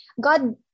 God